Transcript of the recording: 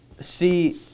See